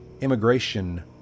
immigration